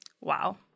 wow